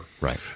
Right